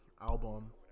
Album